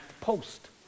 post